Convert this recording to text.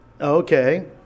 Okay